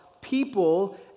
people